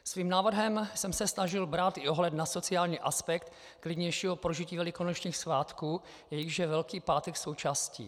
Svým návrhem jsem se snažil brát i ohled na sociální aspekt klidnějšího prožití velikonočních svátků, jejichž je Velký pátek součástí.